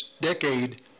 decade